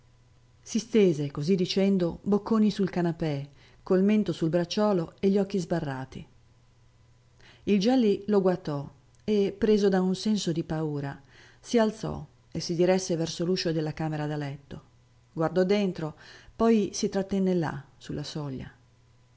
si stese così dicendo bocconi sul canapè col mento sul bracciuolo e gli occhi sbarrati il gelli lo guatò e preso da un senso di paura si alzò si diresse verso l'uscio della camera da letto guardò dentro poi si trattenne là sulla soglia